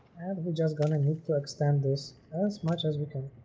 we're just gonna need to extend this as much as we can